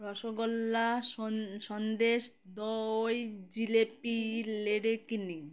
রসগোল্লা স সন্দেশ দই জিলেপি লেডি কেনি